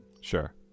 Sure